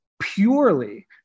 purely